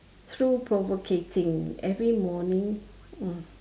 through provocating every morning mm